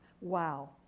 wow